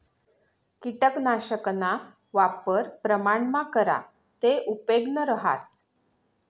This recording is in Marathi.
किटकनाशकना वापर प्रमाणमा करा ते उपेगनं रहास